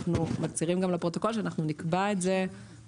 אנחנו מצהירים גם לפרוטוקול שאנחנו נקבע את זה בהוראות.